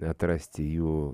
atrasti jų